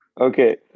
Okay